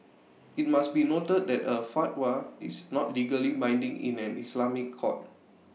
IT must be noted that A fatwa is not legally binding in an Islamic court